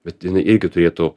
bet jinai irgi turėtų